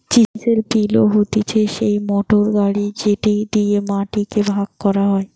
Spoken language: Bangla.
চিসেল পিলও হতিছে সেই মোটর গাড়ি যেটি দিয়া মাটি কে ভাগ করা হয়